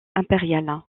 impériale